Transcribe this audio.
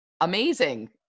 amazing